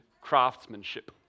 craftsmanship